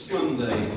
Sunday